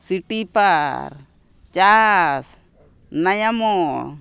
city park ᱪᱟᱥ ᱱᱚᱭᱟᱢᱳ